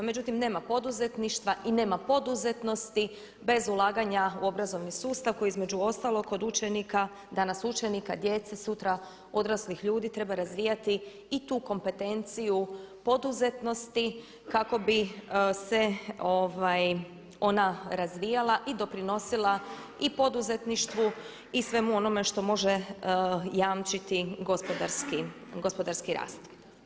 Međutim, nema poduzetništva i nema poduzetnosti bez ulaganja u obrazovni sustav koji između ostalog kod učenika danas učenika, djece, sutra odraslih ljudi treba razvijati i tu kompetenciju poduzetnosti kako bi se ona razvijala i doprinosila i poduzetništvu i svemu onome što može jamčiti gospodarski rast.